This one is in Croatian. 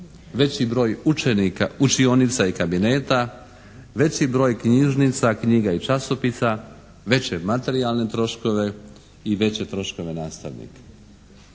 veći broj učenika, učionica i kabineta, veći broj knjižnica, knjiga i časopisa, veće materijalne troškove i veće troškove nastavnika.